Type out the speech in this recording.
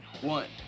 one